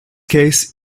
case